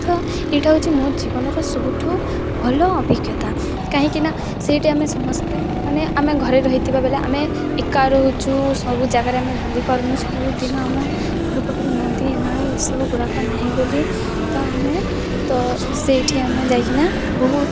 ତ ଏଇଟା ହଉଚି ମୋ ଜୀବନର ସବୁଠୁ ଭଲ ଅଭିଜ୍ଞତା କାହିଁକିନା ସେଇଠି ଆମେ ସମସ୍ତେ ମାନେ ଆମେ ଘରେ ରହିଥିବା ବେଳେ ଆମେ ଏକା ରହୁଛୁ ସବୁ ଜାଗାରେ ଆମେ ବୁଲି ପାରୁନୁ ସବୁଦିନ ଆମ ଘର ପାଖରେ ନଦୀ ଏନାଳ ଏସବୁ ଗୁଡ଼ାକ ନାହିଁ ବୋଲି ତ ଆମେ ତ ସେଇଠି ଆମେ ଯାଇକରି ନା ବହୁତ